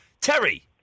Terry